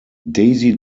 daisy